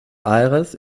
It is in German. aires